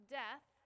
death